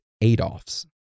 Adolf's